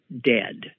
dead